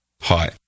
Hi